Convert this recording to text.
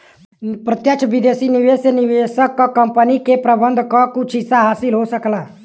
प्रत्यक्ष विदेशी निवेश से निवेशक क कंपनी के प्रबंधन क कुछ हिस्सा हासिल हो सकला